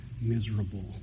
miserable